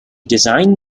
designed